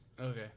Okay